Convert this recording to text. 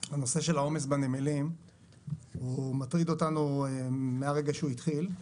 הנושא של העומס בנמלים מטריד אותנו מהרגע שהוא התחיל,